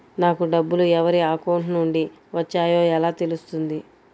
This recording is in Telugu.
నాకు డబ్బులు ఎవరి అకౌంట్ నుండి వచ్చాయో ఎలా తెలుస్తుంది?